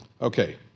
Okay